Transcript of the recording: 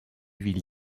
ville